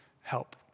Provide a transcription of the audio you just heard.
help